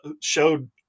showed